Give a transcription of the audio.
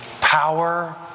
power